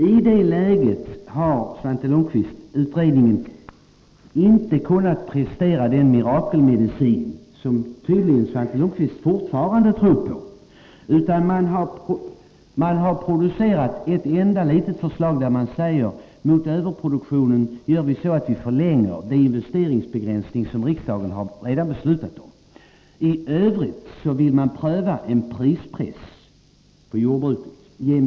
I det läget har utredningen inte kunnat prestera den mirakelmedicin som Svante Lundkvist tydligen fortfarande tror på, utan man har producerat ett enda litet förslag där man säger att problemet med överproduktionen skall lösas genom att den investeringsbegränsning som riksdagen redan har beslutat om förlängs. I övrigt vill man pröva en prispress på jordbruket.